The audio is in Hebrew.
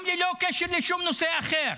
גם ללא קשר לשום נושא אחר,